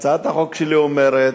הצעת החוק שלי אומרת